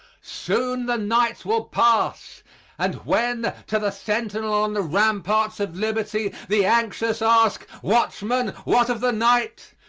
soon the night will pass and when, to the sentinel on the ramparts of liberty the anxious ask watchman, what of the night?